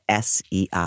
SEI